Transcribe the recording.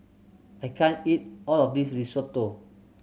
I can't eat all of this Risotto